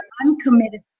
uncommitted